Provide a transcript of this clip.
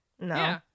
No